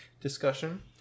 discussion